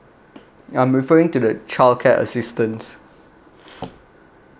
ya I'm referring to the childcare assistance